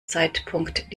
zeitpunkt